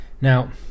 Now